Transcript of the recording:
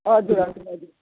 हजुर हजुर